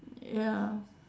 ya